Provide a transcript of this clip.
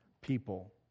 people